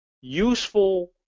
useful